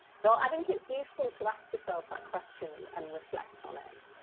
so i think it's useful to ask yourself that question and reflect on it.